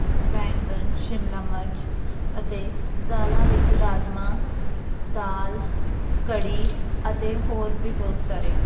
ਬੈਂਗਣ ਸ਼ਿਮਲਾ ਮਿਰਚ ਅਤੇ ਦਾਲਾਂ ਵਿੱਚ ਰਾਜਮਾਂਹ ਦਾਲ ਕੜ੍ਹੀ ਅਤੇ ਹੋਰ ਵੀ ਬਹੁਤ ਸਾਰੇ